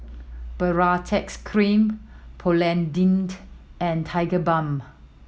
Baritex Cream Polident and Tigerbalm